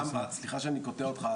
סליחה שאני קוטע אותך,